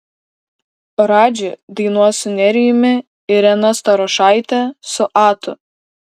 radži dainuos su nerijumi irena starošaitė su atu